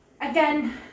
again